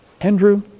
Andrew